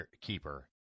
Keeper